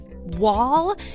wall